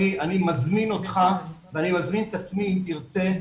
אני מזמין אותך ואני מזמין את עצמי אם תרצה.